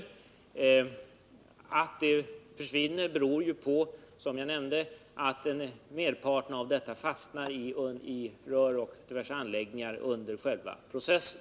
Det konstaterade svinnet har sin grund i, som jag nämnde, att merparten av detta fastnat i rör och diverse anläggningar under själva processen.